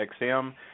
XM